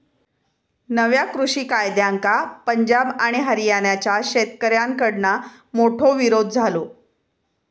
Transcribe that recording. नव्या कृषि कायद्यांका पंजाब आणि हरयाणाच्या शेतकऱ्याकडना मोठो विरोध झालो